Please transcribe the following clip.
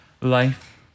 Life